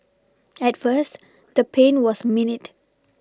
at first the pain was minute